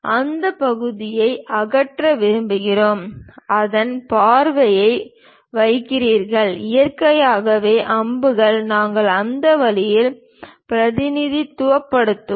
இந்த பகுதியை அகற்ற விரும்புகிறோம் அதன் பார்வையை வைத்திருங்கள் இயற்கையாகவே அம்புகள் நாங்கள் அந்த வழியில் பிரதிநிதித்துவப்படுத்துவோம்